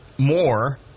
more